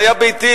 זה היה ביתי.